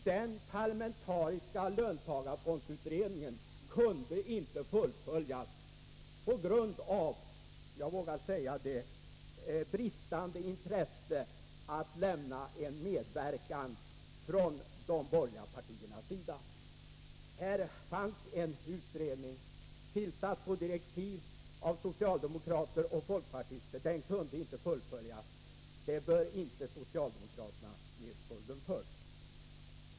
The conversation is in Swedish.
Den parlamentariska löntagarfondsutredningen kunde inte fullföljas på grund av — jag vågar säga det — bristande intresse från de borgerliga partiernas sida att medverka. Här fanns en utredning, tillsatt på förslag av socialdemokrater och folkpartister. Den kunde alltså inte fullföljas. Det bör inte socialdemokraterna ges skulden för.